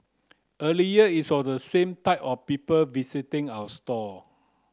earlier it was the same type of people visiting our store